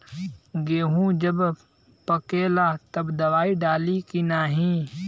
गेहूँ जब पकेला तब दवाई डाली की नाही?